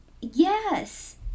Yes